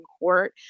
Court